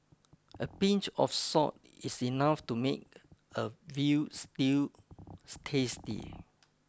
a pinch of salt is enough to make a veal stew tasty